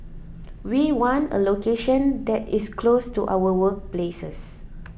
we want a location that is close to our workplaces